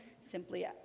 simply